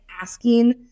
asking